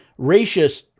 racist